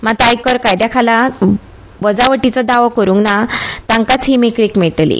मात आयकर कायद्याखाला वजावटीचो दावो करूंक नां तांकाच ही मेकळीक मेळटली